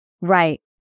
Right